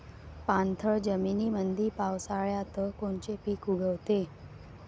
पाणथळ जमीनीमंदी पावसाळ्यात कोनचे पिक उगवते?